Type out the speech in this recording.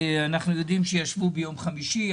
אנחנו יודעים שישבו ביום חמישי.